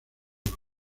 uso